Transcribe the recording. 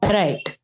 right